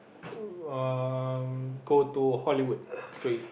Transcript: um go to Hollywood three